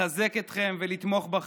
לחזק אתכם ולתמוך בכם.